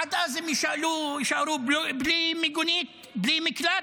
עד אז הם יישארו בלי מיגונית, בלי מקלט?